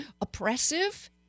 oppressive